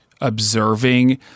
observing